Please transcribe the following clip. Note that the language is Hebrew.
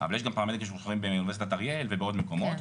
אבל יש גם פרמדיקים שמוכשרים באוניברסיטת אריאל ובעוד מקומות.